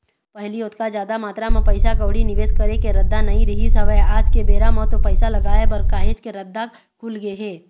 पहिली ओतका जादा मातरा म पइसा कउड़ी निवेस करे के रद्दा नइ रहिस हवय आज के बेरा म तो पइसा लगाय बर काहेच के रद्दा खुलगे हे